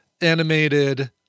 animated